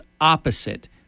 opposite